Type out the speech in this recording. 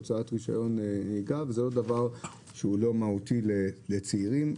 הוצאת רישיון נהיגה וזה עוד דבר שהוא מהותי לצעירים,